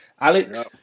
Alex